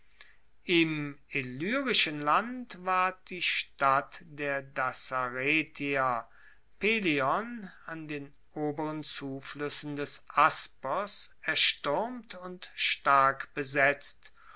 im illyrischen land ward die stadt der dassaretier pelion an den oberen zufluessen des apsos erstuermt und stark besetzt